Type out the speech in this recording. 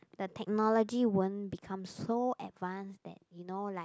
the technology won't become so advanced that you know like